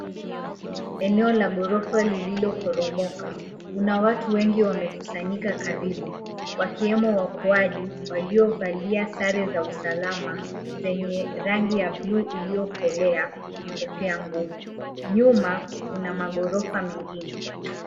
Eneo la gorofa lililoporomoka. Kuna watu wengi wamekusanyika karibu wakiwemo waokoaji waliovalia sare za usalama zenye rangi ya buluu iliyokolea na kofia ngumu. Nyuma kuna magorofa mengine.